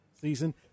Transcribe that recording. season